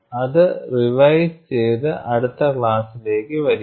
അത് റിവൈസ് ചെയ്ത് അടുത്ത ക്ലാസിലേക്ക് വരിക